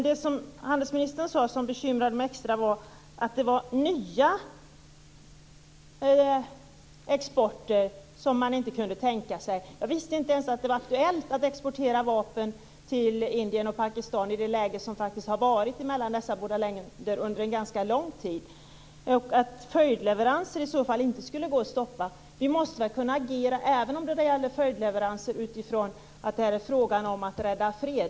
Det som handelsministern sade och som bekymrade mig extra var att det var nya exportleveranser som man inte kunde tänka sig. Jag visste inte ens att det var aktuellt att exportera vapen till Indien och Pakistan i det läge som faktiskt har varit i fråga om dessa båda länder under en ganska lång tid. Följdleveranser skulle inte gå att stoppa. Vi måste väl kunna agera även vad gäller följdleveranser utifrån att det är fråga om att rädda fred.